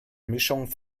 mischung